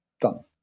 done